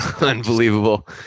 Unbelievable